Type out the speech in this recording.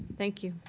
thank you.